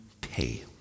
pay